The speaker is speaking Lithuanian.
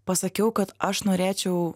pasakiau kad aš norėčiau